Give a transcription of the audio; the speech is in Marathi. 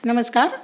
नमस्कार